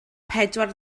pedwar